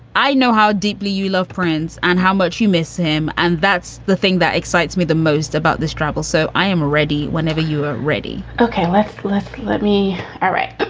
i know how deeply you love friends and how much you miss him. and that's the thing that excites me the most about the struggle. so i am ready whenever you are ready okay. left, left, left. me ah right.